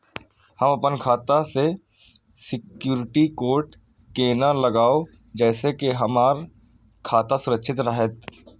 हम अपन खाता में सिक्युरिटी कोड केना लगाव जैसे के हमर खाता सुरक्षित रहैत?